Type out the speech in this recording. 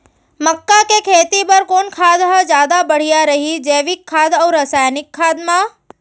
मक्का के खेती बर कोन खाद ह जादा बढ़िया रही, जैविक खाद अऊ रसायनिक खाद मा?